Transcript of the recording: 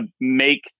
make